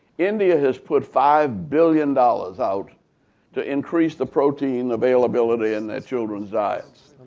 india has put five billion dollars out to increase the protein availability in their children's diets.